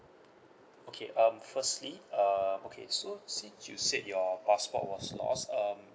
okay um firstly uh okay so since you said your passport was lost um